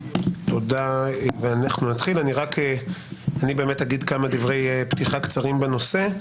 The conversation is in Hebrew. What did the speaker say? אני אגיד כמה דברי פתיחה קצרים בנושא,